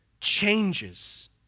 changes